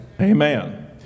amen